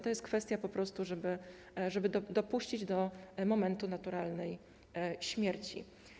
To jest kwestia dotycząca tego, żeby dopuścić do momentu naturalnej śmierci.